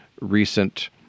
recent